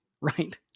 right